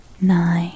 Nine